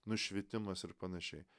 nušvitimas ir panašiai